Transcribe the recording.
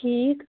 ٹھیٖک